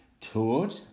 toured